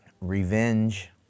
Revenge